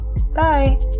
Bye